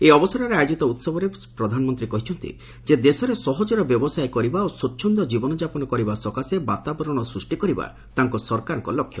ଏହି ଅବସରରେ ଆୟୋଜିତ ଉତ୍ସବରେ ଶ୍ରୀ ପ୍ରଧାନମନ୍ତ୍ରୀ ଦୋହରାଇଛନ୍ତି ଯେ ଦେଶରେ ସହଜରେ ବ୍ୟବସାୟ କରିବା ଓ ସ୍ପୁଚ୍ଛନ୍ଦ ଜୀବନଯାପନ କରିବା ସକାଶେ ବାତାବରଣ ସୃଷ୍ଟି କରିବା ତାଙ୍କ ସରକାରଙ୍କ ଲକ୍ଷ୍ୟ